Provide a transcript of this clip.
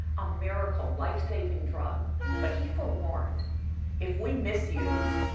a miracle life-saving drug. but he forewarned if we misused,